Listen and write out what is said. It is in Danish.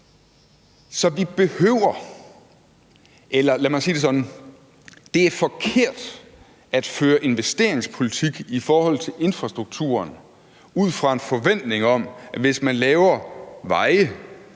af milliarder af kroner bruges. Så det er forkert at føre investeringspolitik i forhold til infrastrukturen ud fra en forventning om, at hvis man anlægger veje,